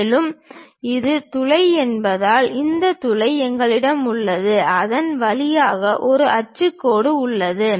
மேலும் இது துளை என்பதால் அந்த துளை எங்களிடம் உள்ளது அதன் வழியாக ஒரு அச்சு கோடு உள்ளது